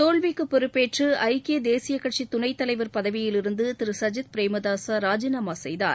தோல்விக்குப் பொறுப்பேற்று ஐக்கிய தேசிய கட்சித் துணைத் தலைவர் பதவியில் இருந்து திரு சஜித் பிரேமதாச ராஜினாமா செய்தார்